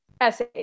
essay